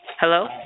Hello